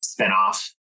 spinoff